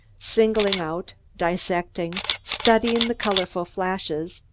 singling out, dissecting, studying the colorful flashes,